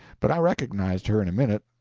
but i recognized her in a minute,